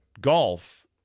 golf